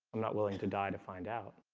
i'm not willing to die to find out